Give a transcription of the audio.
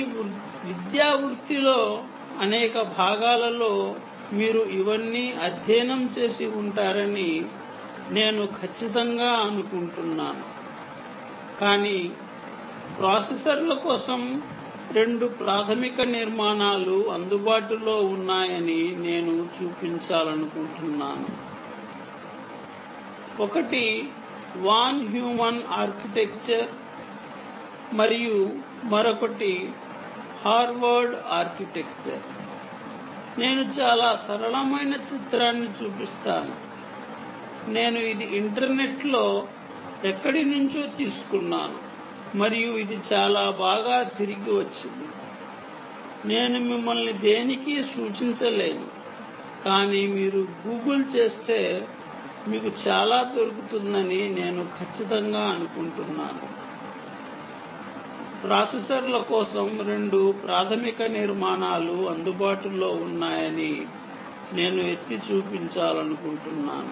మీ విద్యా వృత్తిలో అనేక భాగాలలో మీరు ఇవన్నీ అధ్యయనం చేసి ఉంటారని నేను ఖచ్చితంగా అనుకుంటున్నాను కాని ప్రాసెసర్ల కోసం రెండు ప్రాథమిక నిర్మాణాలు అందుబాటులో ఉన్నాయని నేను చూపించాలనుకుంటున్నాను